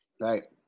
Right